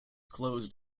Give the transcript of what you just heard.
closed